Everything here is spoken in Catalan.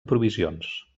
provisions